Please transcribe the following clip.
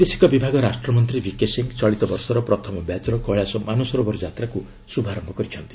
ବୈଦେଶିକ ବିଭାଗ ରାଷ୍ଟ୍ରମନ୍ତ୍ରୀ ଭିକେ ସିଂ ଚଳିତ ବର୍ଷର ପ୍ରଥମ ବ୍ୟାଚ୍ର କେିଳାଶ ମାନସରୋବର ଯାତ୍ରାକୁ ଶୁଭାରମ୍ଭ କରିଛନ୍ତି